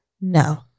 No